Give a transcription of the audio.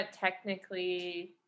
technically